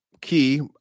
key